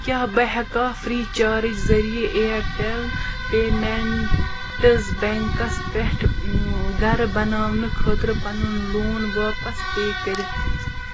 کیٛاہ بہٕ ہٮ۪کا فرٛی چارج ذٔریعہٕ اِیَرٹٮ۪ل پیمٮ۪نٛٹٕز بٮ۪نٛکس پٮ۪ٹھ گَرٕ بناونہٕ خٲطرٕ پَنُن لون واپس پے کٔرِتھ